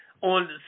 on